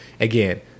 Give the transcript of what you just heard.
Again